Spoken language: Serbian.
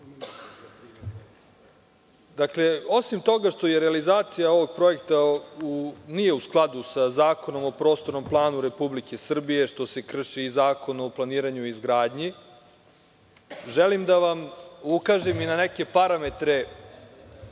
iznese. Dakle, osim toga što realizacija ovog projekta nije u skladu sa Zakonom o prostornom planu Republike Srbije, što se krši i Zakon o planiranju i izgradnji, želim da vam ukažem i na neke parametre